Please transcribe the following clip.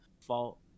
fault